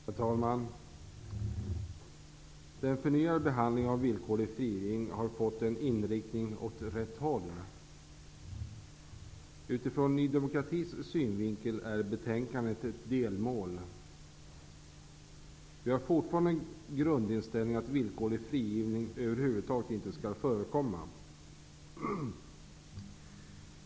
Herr talman! Den förnyade behandlingen av frågan om villkorlig frigivning har fått en inriktning åt rätt håll. Utifrån Ny demokratis synvinkel är betänkandet ett delmål. Vi har fortfarande den grundinställningen att villkorlig frigivning över huvud taget inte skall förekomma.